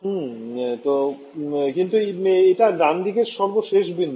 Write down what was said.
হ্যাঁ কিন্তু এটা ডানদিকের সর্ব শেষ বিন্দু